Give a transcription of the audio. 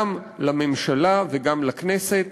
גם לממשלה וגם לכנסת.